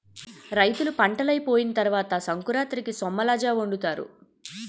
రైతులు పంటలైపోయిన తరవాత సంకురాతిరికి సొమ్మలజావొండుతారు